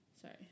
Sorry